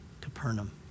Capernaum